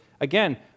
Again